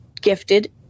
gifted